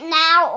now